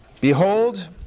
Behold